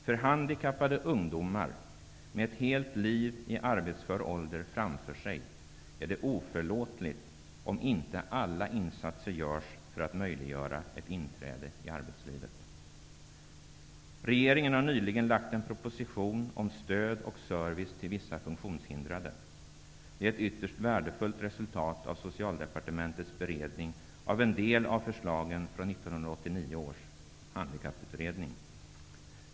Det är oförlåtligt om inte alla insatser görs för att möjliggöra ett inträde i arbetslivet för handikappade ungdomar med ett helt liv i arbetsför ålder framför sig. Regeringen har nyligen lagt fram en proposition om stöd och service till vissa funktionshindrade. Det är ett ytterst värdefullt resultat av Socialdepartementets beredning av en del av förslagen från 1989 års Handikapputredning.